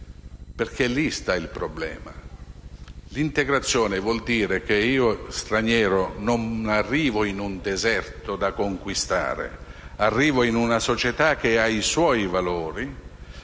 problema è proprio quello: integrazione vuol dire che io, straniero, non arrivo in un deserto da conquistare, ma in una società che ha i suoi valori